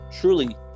truly